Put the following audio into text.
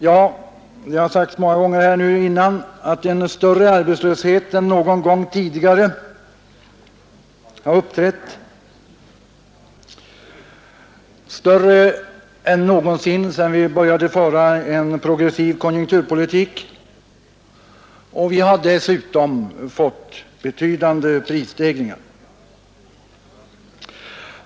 Ja, det har sagts många gånger tidigare i den här debatten att en arbetslöshet har uppträtt som är större än någon gång sedan vi började föra en progressiv konjunkturpolitik — och vi har dessutom fått betydande prisstegringar.